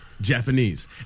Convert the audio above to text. Japanese